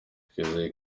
twizeye